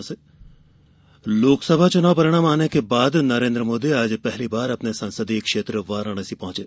PM Varanasi Lok Sabha चुनाव परिणाम आने के बाद नरेन्द्र मोदी आज पहली बार अपने संसदीय क्षेत्र वाराणसी पहुंचे